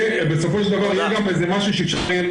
בסופו של דבר יהיה גם איזה משהו שישפר.